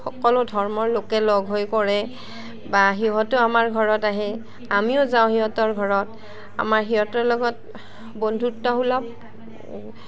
সকলো ধৰ্মৰ লোকে লগ হৈ কৰে বা সিহঁতেও আমাৰ ঘৰত আহে আমিও যাওঁ সিহঁতৰ ঘৰত আমাৰ সিহঁতৰ লগত বন্ধুত্বসুলভ